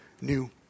new